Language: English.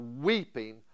weeping